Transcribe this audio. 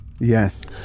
Yes